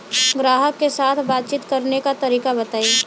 ग्राहक के साथ बातचीत करने का तरीका बताई?